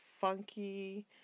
funky